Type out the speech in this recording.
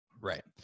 Right